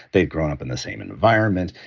they'd grown up in the same environment,